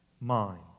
mind